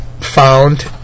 found